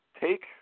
take